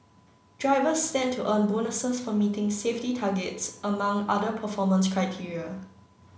drivers stand to earn bonuses for meeting safety targets among other performance criteria